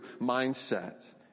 mindset